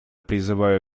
призываю